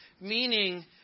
meaning